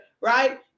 right